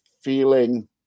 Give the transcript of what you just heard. feeling